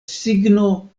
signo